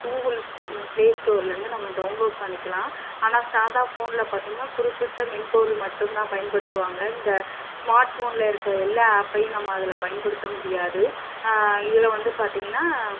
Google play ஸ்டோர்லேருந்து நம்ம download பண்ணிக்கலாம் ஆனால் சாதா ஃபோனில் பார்த்தீங்கனா குறிப்பிட்ட மென்பொருள் மட்டும்தான் பயன்படுத்துவாங்க இந்த ஸ்மார்ட் ஃபோனில் இருக்க எல்லா ஆப்பையும் நம்ம அதில் பயன்படுத்த முடியாது இதில் வந்து பார்த்தீங்கன்னா